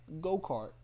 go-kart